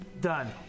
Done